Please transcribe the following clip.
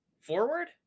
forward